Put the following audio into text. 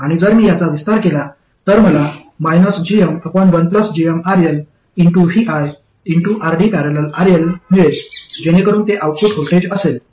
आणि जर मी याचा विस्तार केला तर मला -gm1gmRLviRD।।RL मिळेल जेणेकरून ते आउटपुट व्होल्टेज असेल